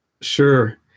Sure